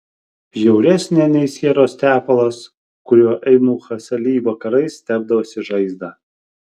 bjauresnė nei sieros tepalas kuriuo eunuchas ali vakarais tepdavosi žaizdą